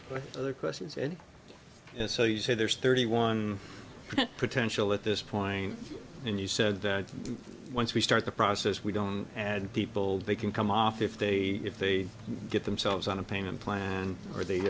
questions and so you say there's thirty one potential at this point and you said that once we start the process we don't and people they can come off if they if they get themselves on a payment plan or they